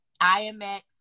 IMX